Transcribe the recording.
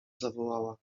zawołała